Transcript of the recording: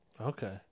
Okay